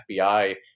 FBI